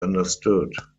understood